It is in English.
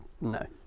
No